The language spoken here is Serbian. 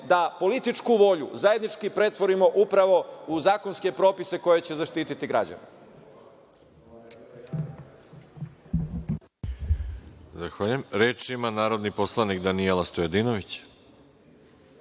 da političku volju, zajednički pretvorimo upravo u zakonske propise koji će zaštiti građane.